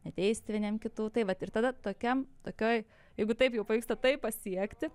neteisti vieniem kitų tai vat ir tada tokiam tokioj jeigu taip jau pavyksta tai pasiekti